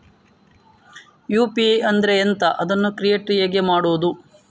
UPI ಅಂದ್ರೆ ಎಂಥ? ಅದನ್ನು ಕ್ರಿಯೇಟ್ ಹೇಗೆ ಮಾಡುವುದು?